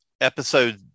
episode